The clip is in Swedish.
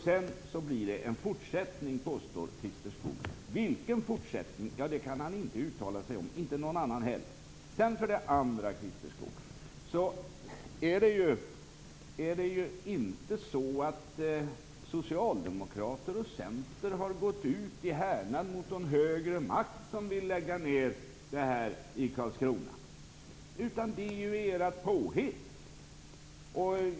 Sedan blir det en fortsättning, påstår Christer Skoog. Vilken? Ja, det kan han inte uttala sig om, och inte någon annan heller. Det är ju inte så att Socialdemokraterna och Centern har gått ut i härnad mot någon högre makt som vill lägga ned i Karlskrona. Det är ju era påhitt!